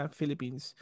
Philippines